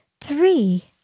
Three